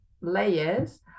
layers